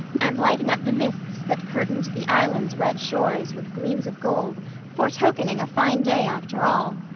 and lighting up the mists that curtained the island's red shores with gleams of gold foretokening a fine day after all.